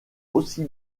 aussi